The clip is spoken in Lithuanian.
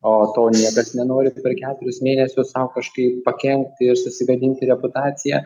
o to niekas nenori per keturis mėnesius sau kažkaip pakenkti ir susigadinti reputaciją